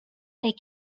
they